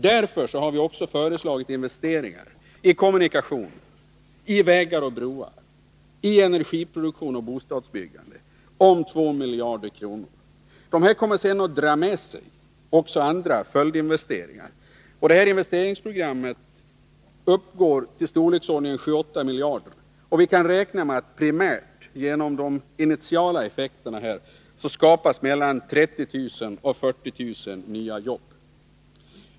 Därför har vi också föreslagit investeringar i kommunikationer, i vägar och broar, i energiproduktion och bostadsbyggande om 2 miljarder kronor. Dessa investeringar kommer sedan att dra med sig följdinvesteringar. Det här investeringsprogrammet uppgår till 7 å 8 miljarder, och vi kan räkna med att primärt, genom de initiala effekterna, skapas det mellan 30 000 och 40 000 nya jobb.